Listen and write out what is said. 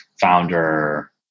founder